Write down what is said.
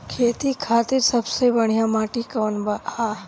खेती खातिर सबसे बढ़िया माटी कवन ह?